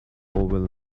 will